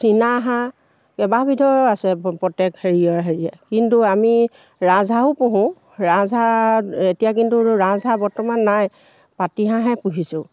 চীনা হাঁহ কেইবাবিধৰো আছে প্ৰত্যেক হেৰিয়ৰ হেৰিয়ে কিন্তু আমি ৰাজহাঁহো পোহোঁ ৰাজহাঁহ এতিয়া কিন্তু ৰাজহাঁহ বৰ্তমান নাই পাতিহাঁহহে পুহিছোঁ